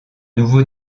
nouveau